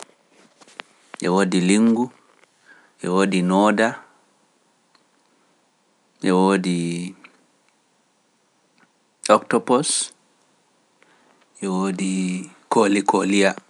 E wodi linngu, e wodi noda, e wpdi oktopus e wodi kolikoliya